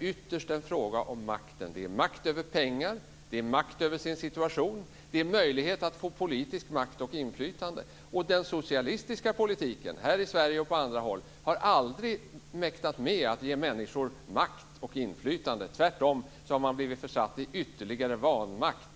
ytterst är en fråga om makten. Det är makt över pengar, det är makt över sin situation och det är möjlighet att få politisk makt och politiskt inflytande. Den socialistiska politiken, här i Sverige och på andra håll, har aldrig mäktat med att ge människor makt och inflytande. Tvärtom har man blivit försatt i ytterligare vanmakt.